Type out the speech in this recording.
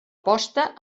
posta